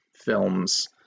films